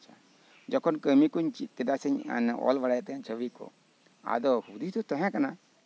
ᱡᱚᱠᱷᱚᱱ ᱠᱟᱹᱢᱤ ᱠᱚᱧ ᱪᱮᱫ ᱠᱮᱫᱟ ᱥᱮ ᱚᱞ ᱵᱟᱲᱟᱭᱮᱫ ᱛᱟᱦᱮᱸᱜ ᱟᱫᱚ ᱦᱩᱫᱤᱥ ᱫᱚ ᱛᱟᱦᱮᱸ ᱠᱟᱱᱟ